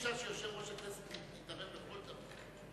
אי-אפשר שיושב-ראש הכנסת יתערב בכל דבר.